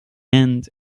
end